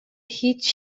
هیچ